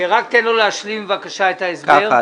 רק תן לו להשלים, בבקשה, את הסבר.